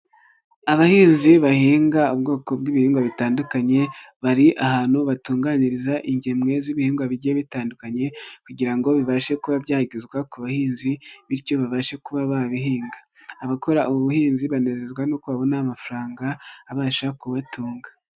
Abahinzi bahinga ubwoko bw'ibihingwa bitandukanye, bari ahantu batunganiriza ingemwe z'ibihingwa bigiye bitandukanye kugira ngo bibashe kuba byagezwa ku bahinzi bityo babashe kuba babihinga. Abakora ubu buhinzi banezezwa nuko babona amafaranga abasha kuba yatunga.